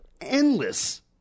endless